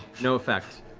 no effect.